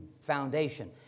foundation